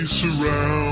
surround